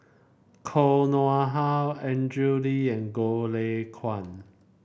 Koh Nguang How Andrew Lee and Goh Lay Kuan